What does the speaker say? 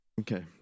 Okay